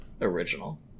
original